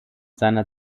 seiner